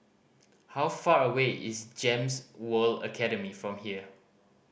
how far away is GEMS World Academy from here